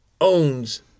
owns